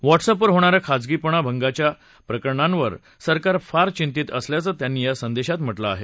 WhatsApp वर होणाऱ्या खासगीपण भंगाच्या प्रकरणांवर सरकार फार चिंतीत असल्याचं त्यांनी या संदेशात म्हटलं आहे